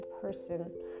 person